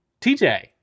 TJ